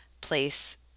place